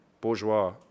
bourgeois